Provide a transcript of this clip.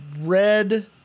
red